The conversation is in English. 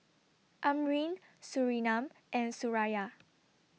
Amrin Surinam and Suraya